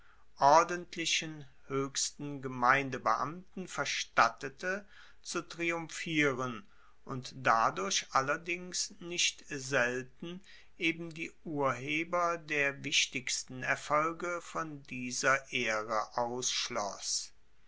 ordentlichen hoechsten gemeindebeamten verstattete zu triumphieren und dadurch allerdings nicht selten eben die urheber der wichtigsten erfolge von dieser ehre